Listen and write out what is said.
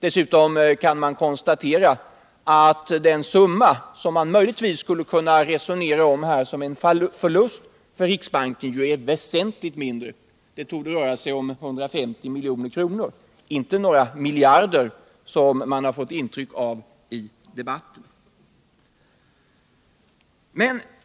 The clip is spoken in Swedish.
Dessutom kan man konstatera att den summa som man möjligtvis skulle kunna resonera om här som en förlust för riksbanken ju är väsentligt mindre; den torde röra sig om 150 milj.kr. och inte om några miljarder, vilket man har fått ett intryck av i debatten.